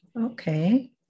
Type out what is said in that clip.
Okay